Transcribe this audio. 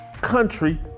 country